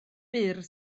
byr